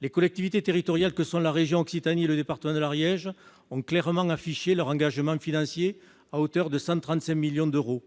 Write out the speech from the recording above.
La région Occitanie et le département de l'Ariège ont clairement affiché leur engagement financier à hauteur de 135 millions d'euros.